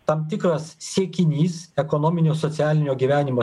tam tikras siekinys ekonominio socialinio gyvenimo